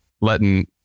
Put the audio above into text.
letting